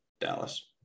Dallas